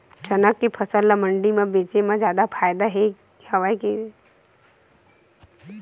चना के फसल ल मंडी म बेचे म जादा फ़ायदा हवय के दुकान म?